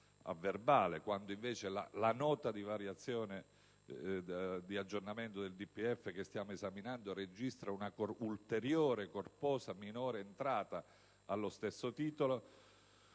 quando invece la Nota di aggiornamento al DPEF che stiamo esaminando registra una ulteriore, corposa minore entrata allo stesso titolo),